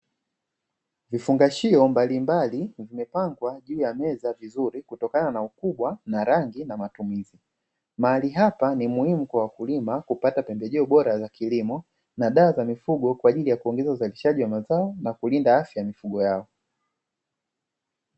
Vifungashio mbalimbali vimepangwa juu ya meza vizuri, kutoka na ukubwa na rangi na matumizi. Mahali hapa ni muhimu kwa wakulima kupata pembejeo bora za kilimo na dawa za mifugo kwa ajili ya kuongeza uzalishaji mazao na kulinda afya ya mifugo yao.